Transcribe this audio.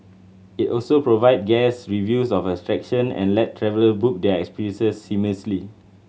it also provides guest reviews of and let traveller book their experiences seamlessly